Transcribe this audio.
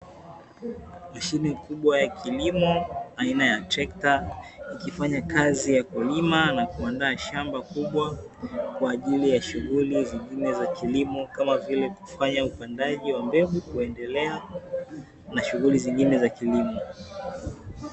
Mashine kubwa ya kilimo aina ya trekta, ikifanya kazi ya kilimo na kuandaa shamba kubwa kwa ajili ya shughuli nyingine za kilimo, kama vile kufanya upandaji wa mbegu, kuendelea na shughuli nyingine za kilimo.